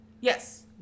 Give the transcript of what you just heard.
Yes